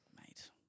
mate